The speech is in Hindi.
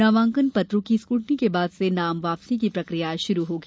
नामांकन पत्रों की स्कूटनी के बाद से नाम वापसी की प्रक्रिया भी शुरू होगी